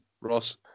Ross